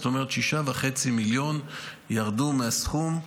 זאת אומרת 6.5 מיליון ירדו מהסכום.